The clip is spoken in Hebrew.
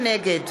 נגד